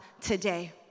today